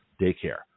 Daycare